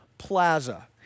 plaza